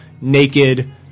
naked